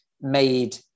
made